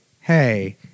hey